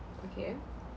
okay